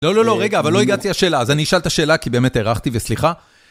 לא, לא, לא, רגע, אבל לא הגעתי לשאלה, אז אני אשאל את השאלה, כי באמת הארכתי, וסליחה.